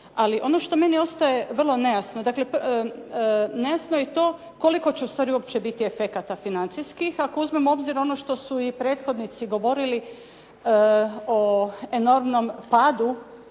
Ali ono što meni ostaje vrlo nejasno, dakle nejasno je i to koliko će ustvari biti efekata financijskih, ako uzmemo u obzir i ono što su i prethodnici govorili o enormnom padu